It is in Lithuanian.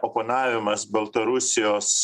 oponavimas baltarusijos